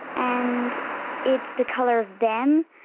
and it's the colour of them.